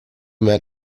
met